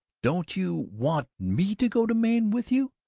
don't you want me to go to maine with you?